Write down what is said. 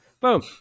Boom